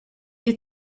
you